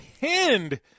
pinned